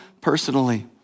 personally